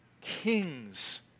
kings